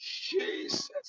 Jesus